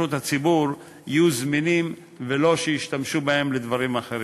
הציבור יהיו זמינים ולא ישתמשו בהם לדברים אחרים.